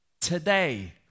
Today